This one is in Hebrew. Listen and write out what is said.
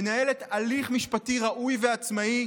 מנהלת הליך משפטי ראוי ועצמאי,